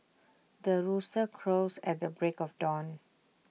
the rooster crows at the break of dawn